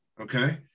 okay